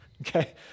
Okay